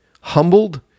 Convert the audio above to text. humbled